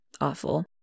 Awful